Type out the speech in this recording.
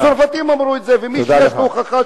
הצרפתים אמרו את זה, תודה לך.